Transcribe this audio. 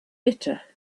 bitter